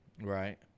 Right